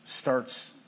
starts